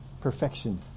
perfection